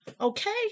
okay